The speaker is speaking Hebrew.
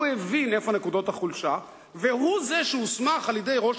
הוא שהבין איפה נקודות החולשה והוא שהוסמך על-ידי ראש